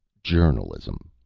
journalism,